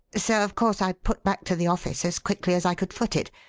so, of course, i put back to the office as quickly as i could foot it,